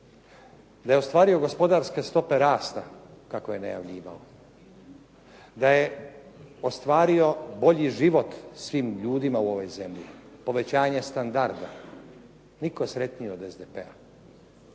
Da je ostvario gospodarske stope rasta kako je najavljivao, da je ostvario bolji život svim ljudima u ovoj zemlji, povećanje standarda. Nitko sretniji od SDP-a.